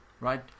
right